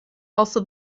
also